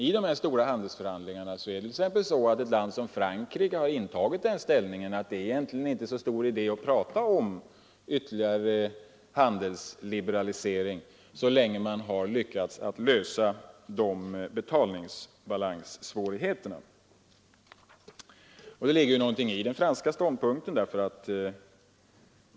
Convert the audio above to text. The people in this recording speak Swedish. I de stora handelsförhandlingarna har ett land som Frankrike intagit den ställningen, att det egentligen inte är så stor idé att prata om ytterligare handelsliberalisering så länge man inte lyckats lösa betalningsbalanssvårigheterna. Det ligger ju något i den franska ståndpunkten.